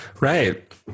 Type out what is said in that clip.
Right